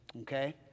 Okay